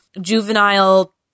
juvenile